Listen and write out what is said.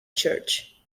church